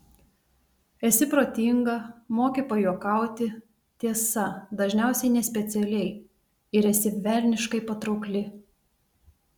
esi protinga moki pajuokauti tiesa dažniausiai nespecialiai ir esi velniškai patraukli